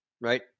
right